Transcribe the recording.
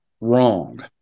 wrong